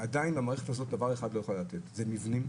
עדיין המערכת הזו דבר אחד לא יכולה לתת, מבנים.